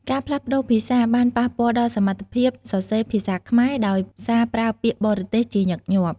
ការផ្លាស់ប្តូរភាសាបានប៉ះពាល់ដល់សមត្ថភាពសរសេរភាសាខ្មែរដោយសារប្រើពាក្យបរទេសជាញឹកញាប់។